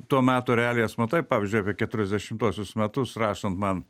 to meto realijas matai pavyzdžiui apie keturiasdešimtuosius metus rašant man